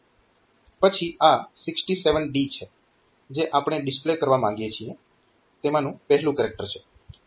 પછી આ 67D છે જે આપણે ડિસ્પ્લે કરવા માંગીએ છીએ તેમાનું પહેલું કેરેક્ટર છે